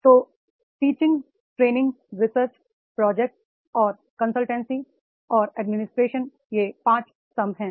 तो teaching training research project और परामर्श और एडमिनिस्ट्रेशन ये 5 स्तंभ हैं